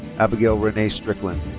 abigail renee strickland.